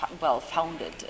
well-founded